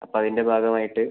അപ്പോൾ അതിൻ്റെ ഭാഗം ആയിട്ട്